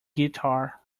guitar